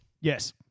Yes